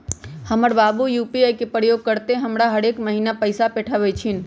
हमर बाबू यू.पी.आई के प्रयोग करइते हमरा हरेक महिन्ना पैइसा पेठबइ छिन्ह